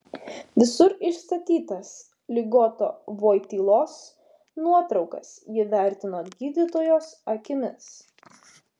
visur išstatytas ligoto voitylos nuotraukas ji vertino gydytojos akimis